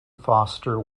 foster